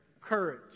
courage